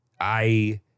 I-